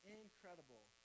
incredible